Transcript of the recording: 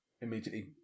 immediately